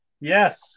Yes